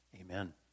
Amen